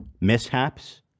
mishaps